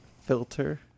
filter